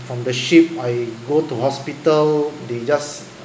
from the ship I go to hospital they just